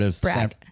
Brag